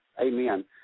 Amen